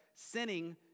sinning